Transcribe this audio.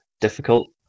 difficult